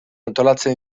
antolatzen